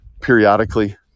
periodically